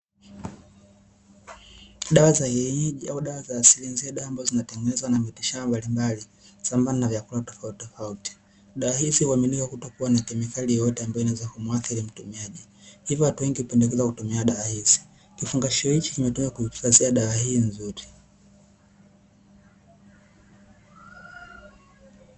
Dawa za kienyeji au dawa za asili ni zile dawa ambazo zinatengenezwa na mitishamba mbalimbali sambamba na vyakula tofauti tofauti. Dawa hizi huaminika kutokuwa na kemikali yoyote ambayo inaweza kumuathiri mtumiaji, hivyo watu wengi hupendekeza kutumia dawa hizi, kifungashio hichi kimetumika kuhifadhia dawa hii nzuri.